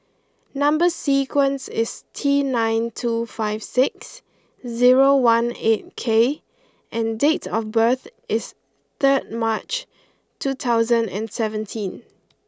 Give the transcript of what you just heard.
number sequence is T nine two five six zero one eight K and date of birth is third March two thousand and seventeen